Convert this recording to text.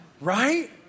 Right